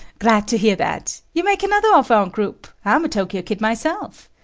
glad to hear that. you make another of our group. i'm a tokyo kid myself.